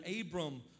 Abram